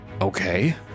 Okay